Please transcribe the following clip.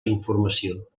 informació